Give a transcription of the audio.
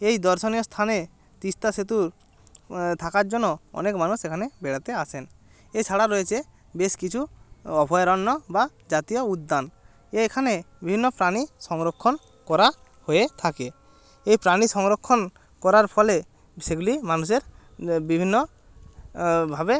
এই দর্শনীয় স্থানে তিস্তা সেতু থাকার জন্য অনেক মানুষ সেখানে বেড়াতে আসেন এ ছাড়া রয়েছে বেশ কিছু অভয়ারণ্য বা জাতীয় উদ্যান এখানে বিভিন্ন প্রাণী সংরক্ষণ করা হয়ে থাকে এই প্রাণী সংরক্ষণ করার ফলে সেগুলি মানুষের বিভিন্নভাবে